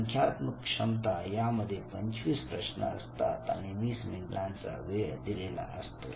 संख्यात्मक क्षमता यामध्ये 25 प्रश्न असतात आणि 20 मिनिटांचा वेळ दिलेला असतो